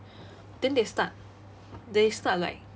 then they start they start like